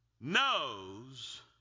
knows